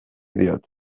diot